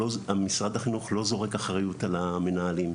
שמשרד החינוך לא זורק אחריות על המנהלים.